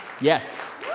Yes